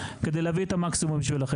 היום.